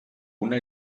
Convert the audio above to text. una